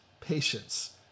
patience